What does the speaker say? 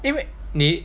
因为你